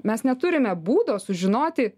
mes neturime būdo sužinoti